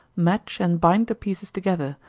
match and bind the pieces together,